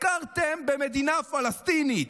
הכרתם במדינה פלסטינית,